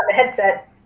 headset.